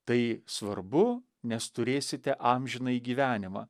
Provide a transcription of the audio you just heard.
tai svarbu nes turėsite amžinąjį gyvenimą